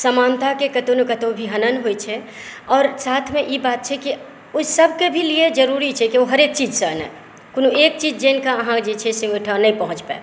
समानताक कतौ ने कतौ हनन होइ छै आओर साथ ई बात छै की ओहि सभके लिये भी जरूरी छै ओ हरेक चीज जाने कोनो एक चीज जानिकऽ अहाँ जे छै ओहिठाम नहि पहुँचि पायब